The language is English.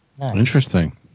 interesting